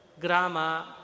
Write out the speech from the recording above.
Grama